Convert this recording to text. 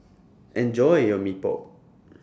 Enjoy your Mee Pok